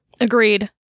Agreed